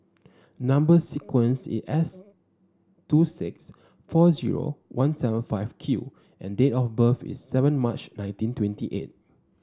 number sequence is S two six four zero one seven five Q and date of birth is seven March nineteen twenty eight